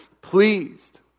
pleased